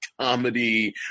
comedy